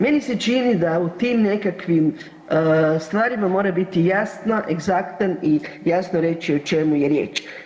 Meni se čini da u tim nekakvim stvarima mora biti jasan, egzaktan i jasno reći o čemu je riječ.